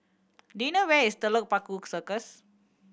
do you know where is Telok Paku Circus